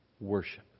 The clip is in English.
Worship